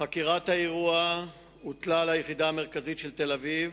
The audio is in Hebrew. חקירת האירוע הוטלה על היחידה המרכזית של תל-אביב,